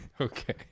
Okay